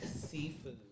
seafood